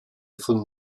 von